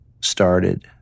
started